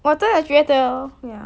我真的觉得 ya